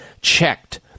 checked